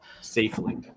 safely